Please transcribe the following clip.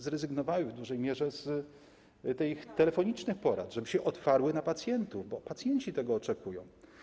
zrezygnowały w dużej mierze z porad telefonicznych, żeby się otwarły na pacjentów, bo pacjenci tego oczekują.